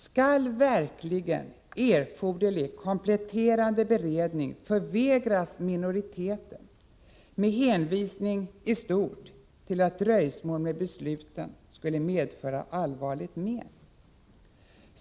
Skall verkligen erforderlig kompletterande beredning förvägras minoriteten med hänvisning i stort till att dröjsmål med besluten skulle medföra allvarligt men?